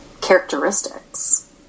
characteristics